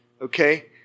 Okay